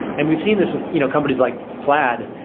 and we've seen this with you know companies like plaid,